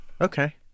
Okay